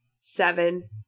seven